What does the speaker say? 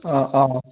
অঁ অঁ